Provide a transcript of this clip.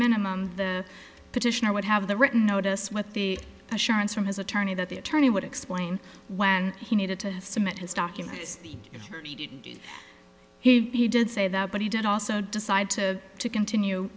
minimum the petitioner would have the written notice with the assurance from his attorney that the attorney would explain when he needed to submit his documents he did say that but he did also decide to to continue